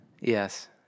Yes